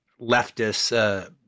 leftist